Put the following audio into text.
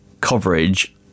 coverage